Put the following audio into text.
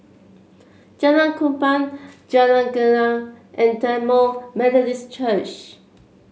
Jalan Kupang Jalan Gelegar and Tamil Methodist Church